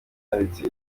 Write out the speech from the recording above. yanditse